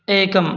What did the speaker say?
एकम्